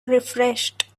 refreshed